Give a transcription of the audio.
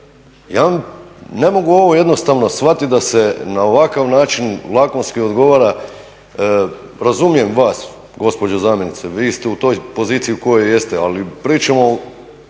ja ne mogu ovo jednostavno shvatiti da se na ovakav način lakonski odgovara. Razumijem vas gospođo zamjenice, vi ste u toj poziciji u kojoj jeste, ali pričamo